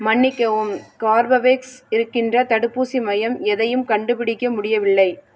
மன்னிக்கவும் கார்பவேக்ஸ் இருக்கின்ற தடுப்பூசி மையம் எதையும் கண்டுபிடிக்க முடியவில்லை